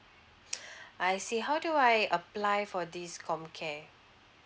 I see how do I apply for this comcare